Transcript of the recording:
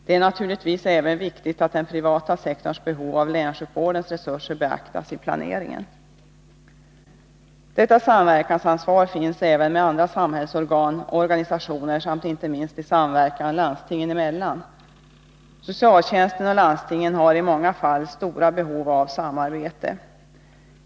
Det är givetvis även viktigt att den privata sektorns behov av länssjukvårdens resurser beaktas i planeringen. Detta samverkansansvar gäller även samverkan med andra samhällsorgan och organisationer samt inte minst samverkan landstingen emellan. Socialtjänsten och landstingen har i många fall stort behov av samarbete.